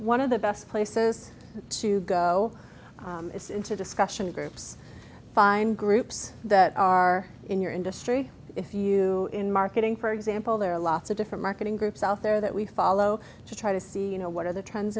one of the best places to go into discussion groups find groups that are in your industry if you are in marketing for example there are lots of different marketing groups out there that we follow to try to see you know what are the trends